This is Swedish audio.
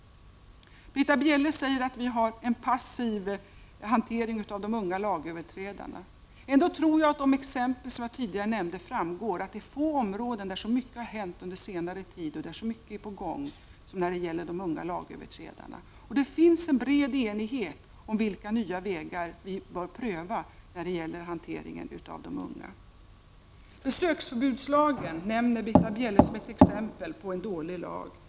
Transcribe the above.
Britta Bjelle säger att vi har en passiv hantering av de unga lagöverträdarna. Ändå tror jag att det av de exempel som jag tidigare nämnde framgår att det är få områden där så mycket har hänt under senare tid och där så mycket är på gång som när det gäller de unga lagöverträdarna. Det finns en bred enighet om vilka nya vägar vi bör pröva när det gäller hanteringen av de unga. Besöksförbudslagen nämner Britta Bjelle som exempel på en dålig lag.